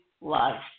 life